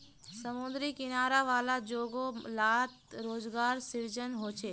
समुद्री किनारा वाला जोगो लात रोज़गार सृजन होचे